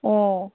ꯑꯣ